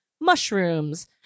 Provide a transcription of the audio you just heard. mushrooms